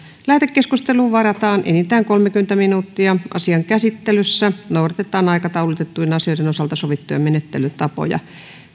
lähetekeskusteluun varataan enintään kolmekymmentä minuuttia asian käsittelyssä noudatetaan aikataulutettujen asioiden osalta sovittuja menettelytapoja